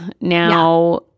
Now